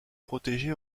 protégée